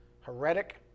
heretic